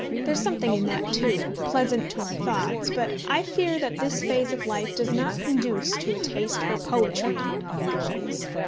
there is something in that, too, pleasant to our thoughts, but i fear that this phase of life does not conduce to a taste for poetry among our girls.